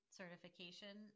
certification